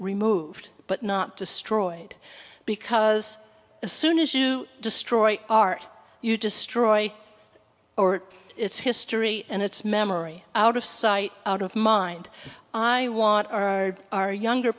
removed but not destroyed because as soon as you destroy our you destroy or its history and its memory out of sight out of mind i want our our younger